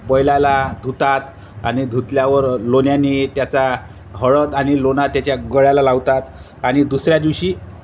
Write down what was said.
बैलाला धुतात आणि धुतल्यावर लोण्याने त्याचा हळद आणि लोना त्याच्या गळ्याला लावतात आणि दुसऱ्या दिवशी